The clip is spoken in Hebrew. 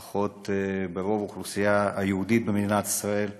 לפחות ברוב האוכלוסייה היהודית במדינת ישראל.